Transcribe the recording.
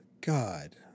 god